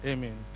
Amen